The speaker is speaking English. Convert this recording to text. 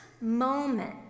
moment